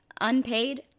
unpaid